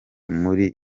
muri